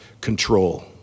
control